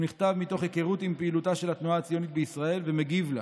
הוא נכתב מתוך היכרות עם פעילותה של התנועה הציונית בישראל ומגיב לה.